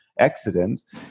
accidents